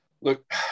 look